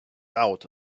out